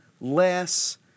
less